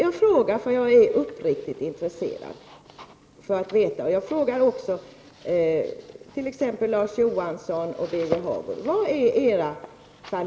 Jag frågar därför att jag är uppriktigt intresserad.